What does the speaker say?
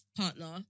partner